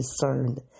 discerned